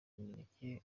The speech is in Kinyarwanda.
imineke